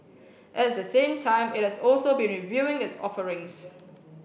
at the same time it has also been reviewing its offerings